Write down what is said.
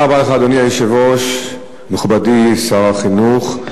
אדוני היושב-ראש, תודה רבה לך, מכובדי שר החינוך,